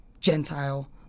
Gentile